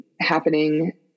happening